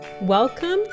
Welcome